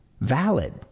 valid